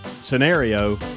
scenario